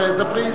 דברי,